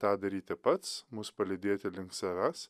tą daryti pats mus palydėti link savęs